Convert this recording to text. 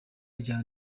rya